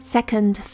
Second